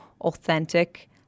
authentic